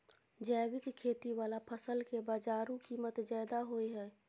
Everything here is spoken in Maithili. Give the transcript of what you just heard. जैविक खेती वाला फसल के बाजारू कीमत ज्यादा होय हय